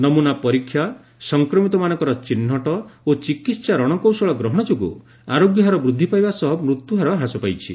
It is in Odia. ନମୁନା ପରୀକ୍ଷା ସଂକ୍ରମିତମାନଙ୍କର ଚିହ୍ନଟ ଓ ଚିକିତ୍ସା ରଣକୌଶଳ ଗ୍ରହଣ ଯୋଗୁଁ ଆରୋଗ୍ୟ ହାର ବୃଦ୍ଧି ପାଇବା ସହ ମୃତ୍ୟୁହାର ହ୍ରାସ ପାଇଛି